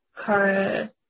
Kara